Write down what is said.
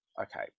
Okay